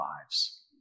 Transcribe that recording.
lives